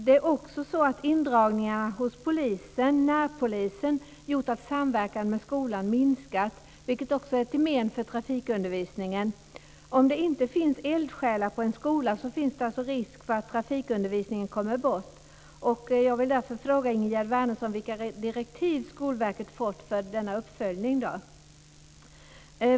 Det är också så att indragningar hos polisen - närpolisen - gjort att samverkan med skolan har minskat, vilket också är till men för trafikundervisningen. Om det inte finns eldsjälar på en skola, finns alltså risken att trafikundervisningen kommer bort. Jag vill därför fråga Ingegerd Wärnersson vilka direktiv Skolverket fått för denna uppföljning.